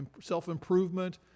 self-improvement